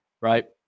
right